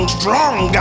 strong